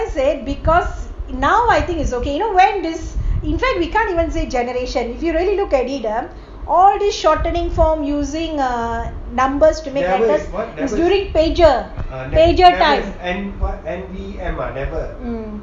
as I say because now I think is okay you know when this in fact I don't we can really say generation if you really look at it ah all this shortening form using ugh numbers and letters is during pager pager time mm